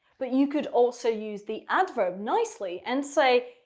but you could also use the adverb nicely and say,